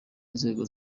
inzego